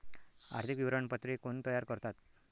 आर्थिक विवरणपत्रे कोण तयार करतात?